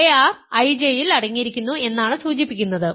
അതിനാൽ ar IJ ൽ അടങ്ങിയിരിക്കുന്നു എന്നാണ് സൂചിപ്പിക്കുന്നത്